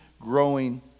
growing